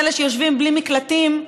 אלה שיושבים בלי מקלטים,